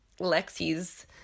Lexi's